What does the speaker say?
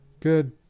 Good